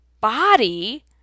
body